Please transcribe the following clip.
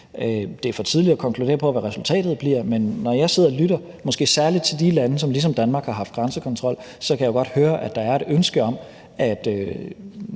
Det er for tidligt at konkludere på, hvad resultatet bliver, men når jeg sidder og lytter til landene, måske særlig til dem, som ligesom Danmark har haft grænsekontrol, så kan jeg jo godt høre, at der er et ønske om, at